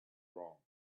wrong